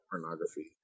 pornography